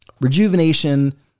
rejuvenation